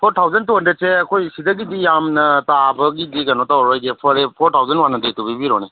four thousand two ꯍꯟꯗ꯭ꯔꯦꯗꯁꯦ ꯑꯩꯈꯣꯏꯁꯤꯗꯒꯤꯗꯤ ꯌꯥꯝꯅ ꯇꯥꯕꯒꯤꯗꯤ ꯀꯩꯅꯣ ꯇꯧꯔꯔꯣꯏꯒꯦ ꯐꯣꯔ ꯊꯥꯎꯖꯟ ꯋꯥꯟ ꯍꯟꯗ꯭ꯔꯦꯗꯇꯣ ꯄꯤꯕꯤꯔꯣꯅꯦ